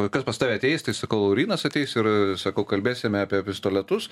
kas pas tave ateis tai sakau laurynas ateis ir sakau kalbėsime apie pistoletus